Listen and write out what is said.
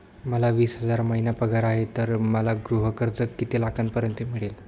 मला वीस हजार महिना पगार आहे तर मला गृह कर्ज किती लाखांपर्यंत मिळेल?